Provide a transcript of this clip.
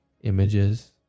images